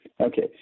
Okay